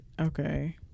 okay